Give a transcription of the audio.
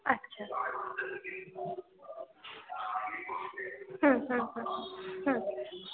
আচ্ছা হুম হুম হুম হুম হুম